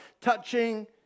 touching